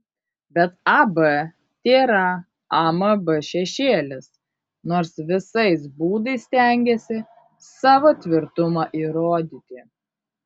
bet ab tėra amb šešėlis nors visais būdais stengiasi savo tvirtumą įrodyti